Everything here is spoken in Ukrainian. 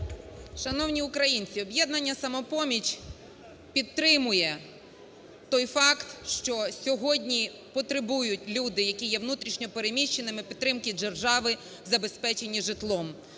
Шановні українці, "Об'єднання "Самопоміч" підтримує той факт, що сьогодні потребують люди, які є внутрішньо переміщеними, підтримки держави забезпечення житлом.